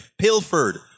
pilfered